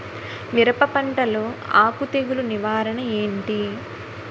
మిరప పంటలో ఆకు తెగులు నివారణ ఏంటి?